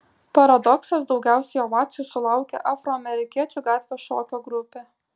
paradoksas daugiausiai ovacijų sulaukė afroamerikiečių gatvės šokio grupė